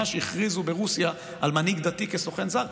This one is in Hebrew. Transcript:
שהכריזו ברוסיה על מנהיג דתי כסוכן זר,